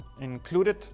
included